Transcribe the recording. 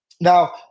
Now